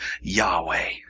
Yahweh